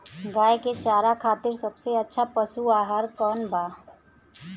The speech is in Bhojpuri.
गाय के चारा खातिर सबसे अच्छा पशु आहार कौन बा?